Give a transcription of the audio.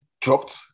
dropped